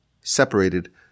separated